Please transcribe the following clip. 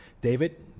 David